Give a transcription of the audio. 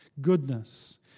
Goodness